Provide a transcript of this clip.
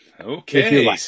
Okay